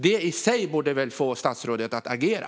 Det i sig borde väl få statsrådet att agera.